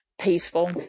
peaceful